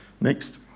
Next